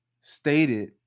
stated